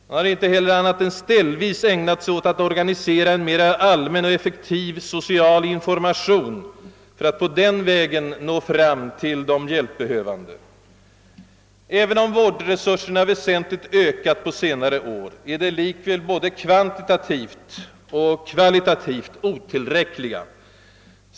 Man har inte heller annat än ställvis ägnat sig åt att organisera en mera allmän och effektiv social information för att den vägen söka nå ut till de hjälpbehövande. Även om vårdresurserna har ökat väsentligt under senare år, är de likväl både kvantitativt och kvalitativt otillräckliga.